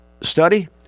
study